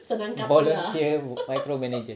volunteer micro managers